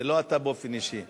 זה לא אתה באופן אישי.